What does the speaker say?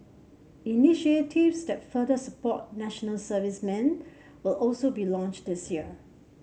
initiatives that further support National Servicemen will also be launched this year